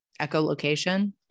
echolocation